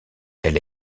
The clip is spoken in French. elle